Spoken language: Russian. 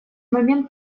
момент